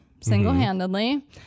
single-handedly